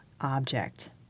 object